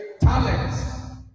talents